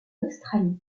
australie